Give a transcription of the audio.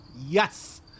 Yes